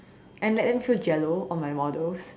and let them throw jello on my models